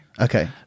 Okay